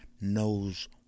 knows